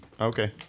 Okay